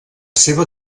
seva